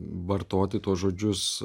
vartoti tuos žodžius